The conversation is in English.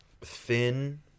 thin